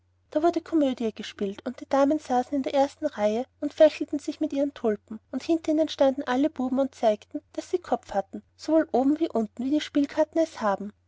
da wurde komödie gespielt und alle damen saßen in der ersten reihe und fächelten sich mit ihren tulpen und hinter ihnen standen alle buben und zeigten daß sie kopf hatten sowohl oben wie unten wie die spielkarten es haben